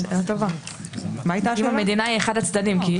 אם המדינה היא אחד הצדדים.